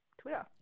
Twitter